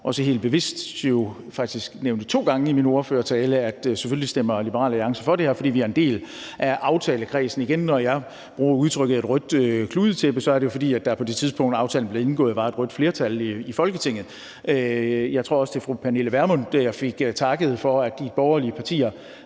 også helt bevidst jo faktisk nævnte to gange i min ordførertale, at Liberal Alliance selvfølgelig stemmer for det her, fordi vi er en del af aftalekredsen. Igen vil jeg sige, at når jeg bruger udtrykket et rødt kludetæppe, er det, fordi der på det tidspunkt, aftalen blev indgået, var et rødt flertal i Folketinget. Jeg tror også, det var fru Pernille Vermund, jeg fik takket for, at de borgerlige partier